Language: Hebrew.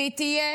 והיא תהיה